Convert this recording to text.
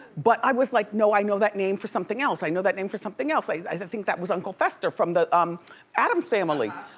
but i was like, no, i know that name for something else. i know that name for something else. i think that was uncle fester from the um addams family.